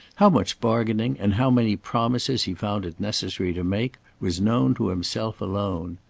how much bargaining and how many promises he found it necessary to make, was known to himself alone.